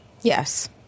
Yes